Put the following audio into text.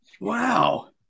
wow